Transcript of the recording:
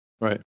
Right